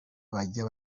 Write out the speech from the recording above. bajya